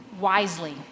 wisely